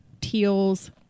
teals